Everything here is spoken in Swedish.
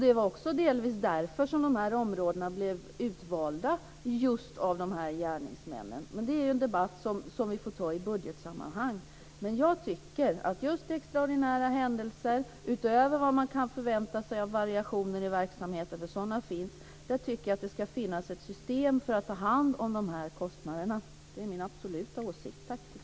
Det var också delvis därför som de områdena blev utvalda av just dessa gärningsmän. Det är en debatt som vi får ta i budgetsammanhang. För extraordinära händelser, utöver vad man kan förvänta sig av variationer i verksamheten, för sådana finns, ska det finnas ett system för att ta hand om kostnaderna. Det är min absoluta åsikt.